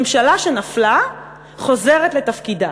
ממשלה שנפלה חוזרת לתפקידה.